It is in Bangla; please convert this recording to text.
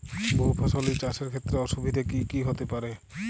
বহু ফসলী চাষ এর ক্ষেত্রে অসুবিধে কী কী হতে পারে?